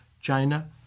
China